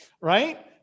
right